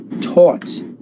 taught